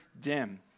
dim